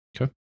Okay